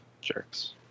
Jerks